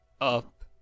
Up